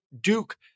Duke